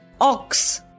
Ox